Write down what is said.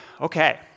Okay